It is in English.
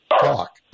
talk